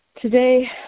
Today